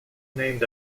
named